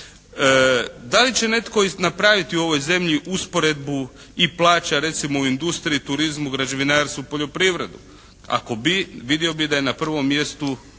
Da li će netko napraviti u ovoj zemlji usporedbu i plaća recimo u industriji, turizmu, građevinarstvu, poljoprivredu. Ako bi vidio bi da je na prvom mjestu